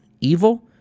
Evil